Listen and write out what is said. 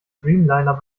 dreamliner